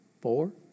Four